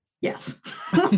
Yes